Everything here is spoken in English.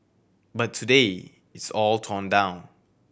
but today it's all torn down